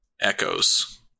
echoes